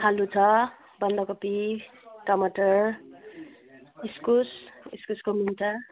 आलु छ बन्दाकोपी टमाटर इस्कुस इस्कुसको मुन्टा